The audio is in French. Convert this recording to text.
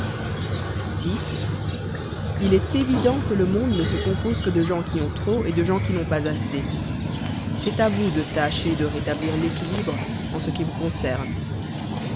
il est évident que le monde ne se compose que de gens qui ont trop et de gens qui n'ont pas assez c'est à vous de tâcher de rétablir l'équilibre en ce qui vous concerne